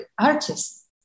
artists